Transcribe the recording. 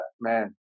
man